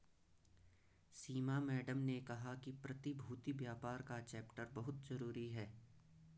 सीमा madam ने कहा कि प्रतिभूति व्यापार का चैप्टर बहुत जरूरी है